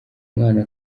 mwana